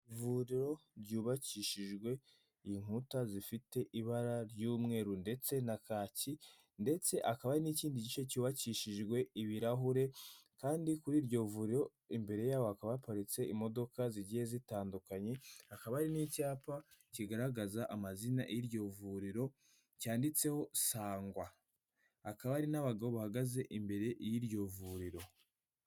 Ivuriro ryubakishijwe inkuta zifite ibara ry'umweru ndetse na kaki ndetse hakaba n'ikindi gice cyubakishijwe ibirahure, kandi kuri iryo vuriro imbere yaho hakaba haparitse imodoka zigiye zitandukanye, hakaba ari n'icyapa kigaragaza amazina y'iryo vuriro cyanditseho ''sangwa''. Hakaba hari n'abagabo bahagaze imbere y'iryo vuriro.